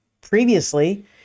previously